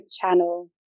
channel